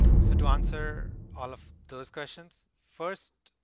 so to answer all of those questions, first,